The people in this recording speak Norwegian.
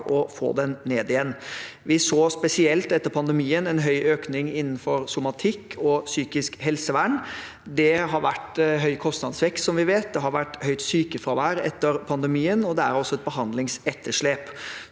å få den ned igjen. Vi så spesielt etter pandemien en høy økning innenfor somatikk og psykisk helsevern. Det har vært høy kostnadsvekst – som vi vet – det har vært høyt sykefravær etter pandemien, og det er også et behandlingsetterslep.